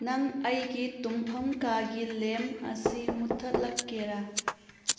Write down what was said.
ꯅꯪ ꯑꯩꯒꯤ ꯇꯨꯝꯐꯝ ꯀꯥꯒꯤ ꯂꯦꯝ ꯑꯁꯤ ꯃꯨꯠꯊꯠꯂꯛꯀꯦꯔꯥ